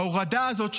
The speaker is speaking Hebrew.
ההורדה הזאת,